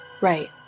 right